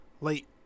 late